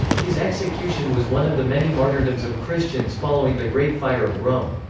his execution was one of the many martyrdoms of christians following the great fire of rome.